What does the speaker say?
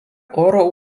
oro